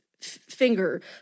finger